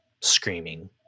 screaming